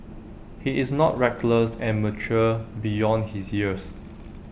he is not reckless and mature beyond his years